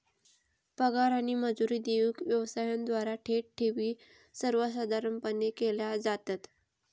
पगार आणि मजुरी देऊक व्यवसायांद्वारा थेट ठेवी सर्वसाधारणपणे केल्या जातत